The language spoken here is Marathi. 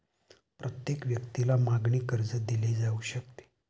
प्रत्येक व्यक्तीला मागणी कर्ज दिले जाऊ शकते